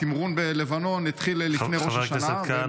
התמרון בלבנון התחיל לפני ראש השנה.